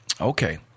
Okay